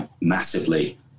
massively